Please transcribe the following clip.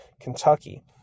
Kentucky